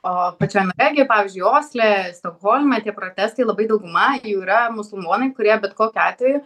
o pačiam regi pavyzdžiui osle stokholme tie protestai labai dauguma jų yra musulmonai kurie bet kokiu atveju